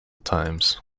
times